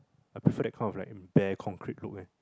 I prefer that bare concrete look ah